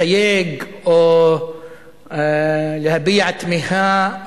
להסתייג או להביע תמיהה